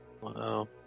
Wow